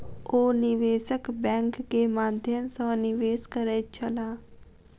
ओ निवेशक बैंक के माध्यम सॅ निवेश करैत छलाह